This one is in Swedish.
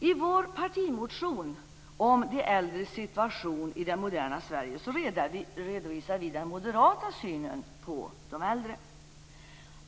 I vår partimotion om de äldres situation i det moderna Sverige redovisar vi den moderata synen på de äldre.